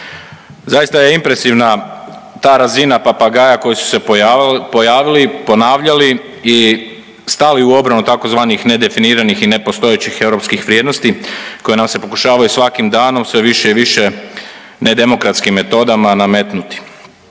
Zaista je impresivna ta razina papagaja koji su se pojavili ponavljali i stali u obranu tzv. nedefiniranih i nepostojećih europskih vrijednosti koje nam se pokušavaju svakim danom sve više i više nedemokratskim metodama nametnuti.